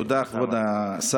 תודה, כבוד השר.